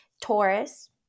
Taurus